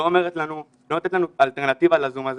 לא אומרת לנו, לא נותנת לנו אלטרנטיבה לזום הזה.